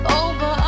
over